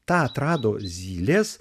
tą atrado zylės